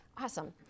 Awesome